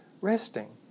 resting